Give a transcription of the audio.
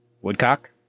Woodcock